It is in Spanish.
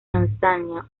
tanzania